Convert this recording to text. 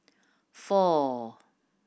four